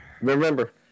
Remember